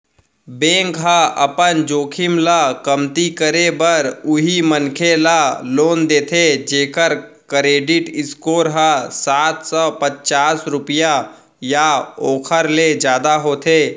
bank ह अपन जोखिम ल कमती करे बर उहीं मनखे ल लोन देथे जेखर करेडिट स्कोर ह सात सव पचास रुपिया या ओखर ले जादा होथे